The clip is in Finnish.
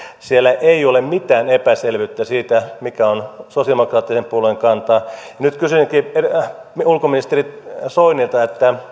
siellä ei ole mitään epäselvyyttä siitä mikä on sosialidemokraattisen puolueen kanta nyt kysynkin ulkoministeri soinilta